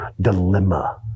dilemma